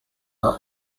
are